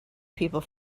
people